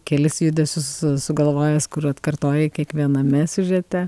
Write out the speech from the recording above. kelis judesius su sugalvojęs kur atkartoji kiekviename siužete